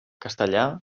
castellà